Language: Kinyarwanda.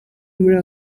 muri